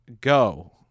Go